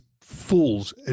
fools